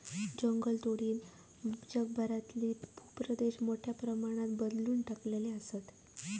जंगलतोडीनं जगभरातील भूप्रदेश मोठ्या प्रमाणात बदलवून टाकले आसत